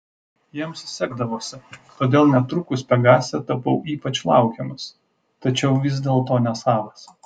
jiems sekdavosi todėl netrukus pegase tapau ypač laukiamas tačiau vis dėlto nesavas